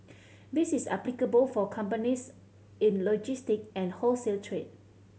this is applicable for companies in logistic and wholesale trade